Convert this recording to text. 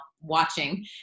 watching